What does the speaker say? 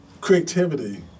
creativity